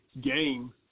game